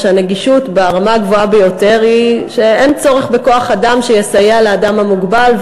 שהנגישות ברמה הגבוהה ביותר היא שאין צורך בכוח-אדם שיסייע לאדם המוגבל,